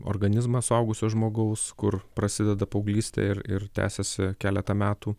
organizmą suaugusio žmogaus kur prasideda paauglystė ir ir tęsiasi keletą metų